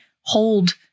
hold